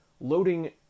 loading